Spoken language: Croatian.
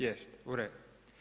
Jeste, u redu.